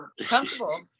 comfortable